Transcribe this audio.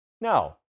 Now